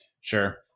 Sure